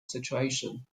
situation